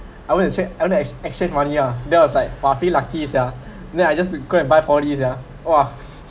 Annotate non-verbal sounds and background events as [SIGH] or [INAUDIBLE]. I want to change I want to ex~ exchange money ah then I was like !wah! feel lucky sia [BREATH] then I just go and buy four d sia !wah!